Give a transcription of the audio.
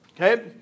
Okay